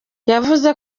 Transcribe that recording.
yavuze